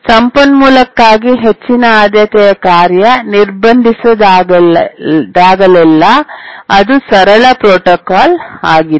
ಸಂಪನ್ಮೂಲಕ್ಕಾಗಿ ಹೆಚ್ಚಿನ ಆದ್ಯತೆಯ ಕಾರ್ಯ ನಿರ್ಬಂಧಿಸಿದಾಗಲೆಲ್ಲಾ ಅದು ಸರಳ ಪ್ರೋಟೋಕಾಲ್ ಆಗಿದೆ